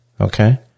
Okay